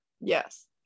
Yes